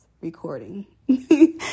recording